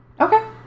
Okay